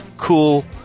cool